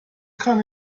kann